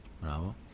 Bravo